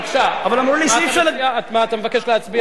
בבקשה, אבל אמרו לי, מה אתה מבקש להצביע?